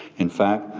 in fact,